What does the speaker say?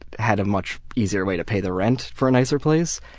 had a much easier way to pay the rent for a nicer place.